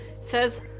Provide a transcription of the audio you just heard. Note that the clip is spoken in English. Says